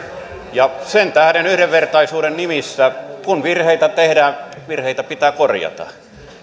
ratkaisunsa sen tähden yhdenvertaisuuden nimissä kun virheitä tehdään virheitä pitää korjata